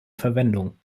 verwendung